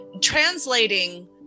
translating